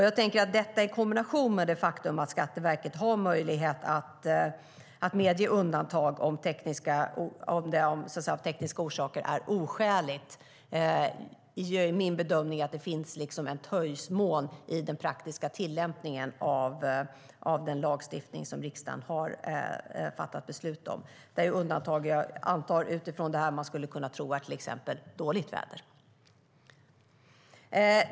Jag tänker att detta i kombination med det faktum att Skatteverket har möjlighet att medge undantag om det av tekniska orsaker är oskäligt gör att det finns en möjlighet att något töja på detta vid den praktiska tillämpningen av den lagstiftning som riksdagen har fattat beslut om. Jag antar att det kan gälla till exempel undantag vid dåligt väder.